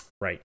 Right